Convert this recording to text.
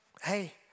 hey